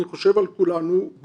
אני חושב על כולנו,